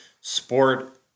Sport